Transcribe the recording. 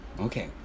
okay